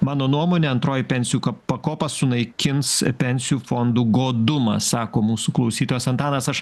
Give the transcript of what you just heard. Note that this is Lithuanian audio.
mano nuomone antroji pensijų pakopa sunaikins pensijų fondų godumą sako mūsų klausytojas antanas aš